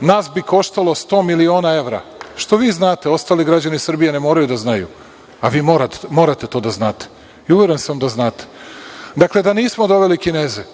nas bi koštalo 100 miliona evra. Što vi znate, ostali građani Srbije ne moraju da znaju, a vi morate to da znate i uveren sam da znate. Dakle, da nismo doveli Kineze,